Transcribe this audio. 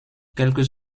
quelques